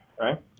right